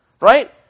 Right